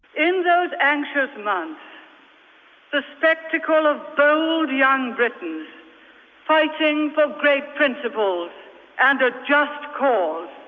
in those anxious months the spectacle of bold young britons fighting for great principles and a just cause,